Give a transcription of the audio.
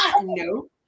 No